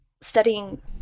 studying